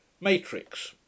Matrix